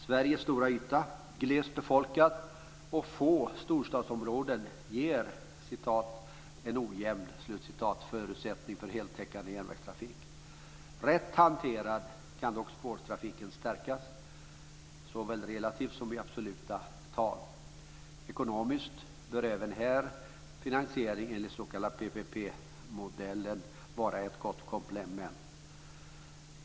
Sveriges stora yta, glesa befolkning och fåtaliga storstadsområden ger en "ojämn" förutsättning för en heltäckande järnvägstrafik. Rätt hanterad kan dock spårtrafiken stärkas såväl relativt som i absoluta tal. Ekonomiskt bör även här finansiering enligt den s.k. PPP-modellen vara ett gott komplement.